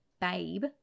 babe